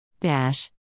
Dash